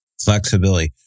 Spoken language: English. Flexibility